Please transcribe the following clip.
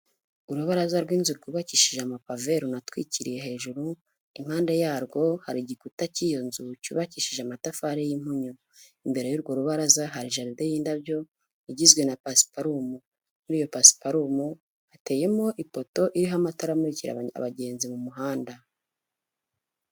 Urubaraza rw'inzu rwubakishije amapave runatwikiriye hejuru, impande yarwo hari igikuta cy'iyo nzu cyubakishije amatafari y'impunyu, imbere y'urwo rubaraza hari jaride y'indabyo, igizwe na pasiparumu muri iyo pasiparumu hateyemo ipoto iriho amatara amurikira abagenzi mu muhanda.